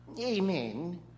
Amen